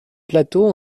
plateau